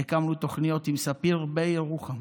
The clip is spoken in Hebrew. הקמנו תוכניות עם ספיר בירוחם.